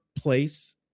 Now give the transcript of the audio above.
place